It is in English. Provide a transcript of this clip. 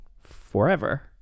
forever